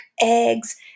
eggs